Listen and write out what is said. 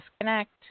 disconnect